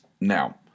Now